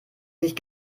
sich